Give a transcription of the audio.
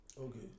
okay